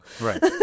Right